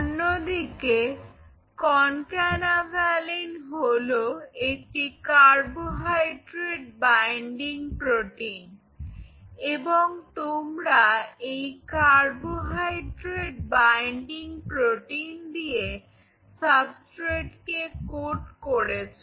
অন্যদিকে কনক্যানাভ্যালিন হলো একটি কার্বোহাইড্রেট বাইন্ডিং প্রোটিন এবং তোমরা এই কার্বোহাইড্রেট বাইন্ডিং প্রোটিন দিয়ে সাবস্ট্রেটকে কোট করেছ